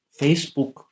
Facebook